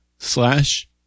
slash